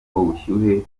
ubushyuhe